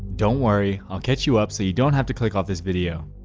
don't worry. i'll catch you up so you don't have to click off this video